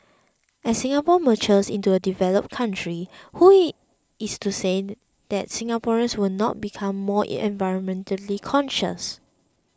as Singapore matures into a developed country who in is to say that Singaporeans will not become more environmentally conscious